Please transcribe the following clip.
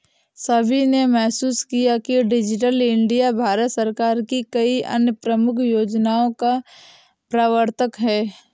सभी ने महसूस किया है कि डिजिटल इंडिया भारत सरकार की कई अन्य प्रमुख योजनाओं का प्रवर्तक है